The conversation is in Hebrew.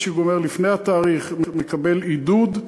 מי שגומר לפני התאריך מקבל עידוד,